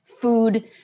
food